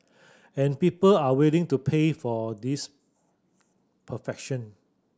and people are willing to pay for this perfection